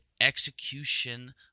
execution